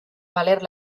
valer